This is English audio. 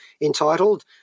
entitled